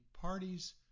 parties